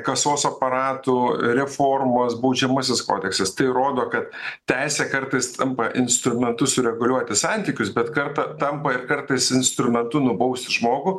kasos aparatų reformos baudžiamasis kodeksas tai rodo kad teisė kartais tampa instrumentu sureguliuoti santykius bet kartą tampa ir kartais instrumentu nubaus žmogų